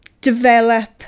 develop